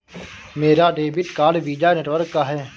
मेरा debit card Visa network का है